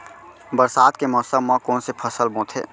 बरसात के मौसम मा कोन से फसल बोथे?